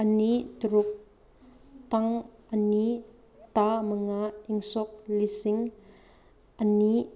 ꯑꯅꯤ ꯇꯔꯨꯛ ꯇꯥꯡ ꯑꯅꯤ ꯊꯥ ꯃꯉꯥ ꯏꯪ ꯁꯣꯛ ꯂꯤꯁꯤꯡ ꯑꯅꯤ